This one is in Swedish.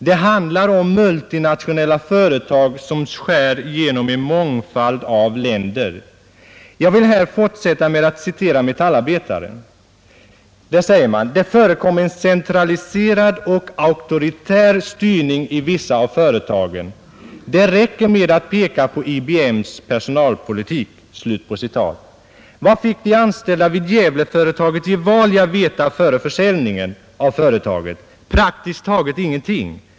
Det handlar om multinationella företag som skär genom en mångfald länder. Jag vill här fortsätta med att citera Metallarbetaren: ”Det förekommer en centraliserad och auktoritär styrning i vissa av företagen. Det räcker med att peka på IBMs personalpolitik.” Vad fick de anställda vid Gävleföretaget Gevalia veta före försäljningen av företaget? Praktiskt taget ingenting.